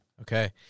Okay